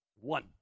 One